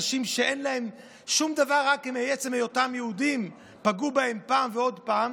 אנשים שאין להם שום דבר ורק מעצם היותם יהודים פגעו בהם פעם ועוד פעם.